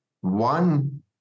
one